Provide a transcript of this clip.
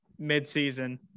midseason